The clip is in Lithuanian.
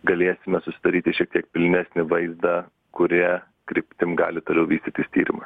galėsime susidaryti šiek tiek pilnesnį vaizdą kuria kryptim gali toliau vystytis tyrimas